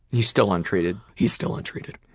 he's still untreated? he's still untreated.